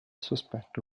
sospetto